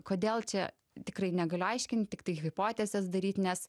kodėl čia tikrai negaliu aiškint tiktai hipotezes daryt nes